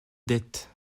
dettes